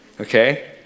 okay